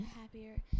happier